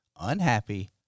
unhappy